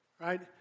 right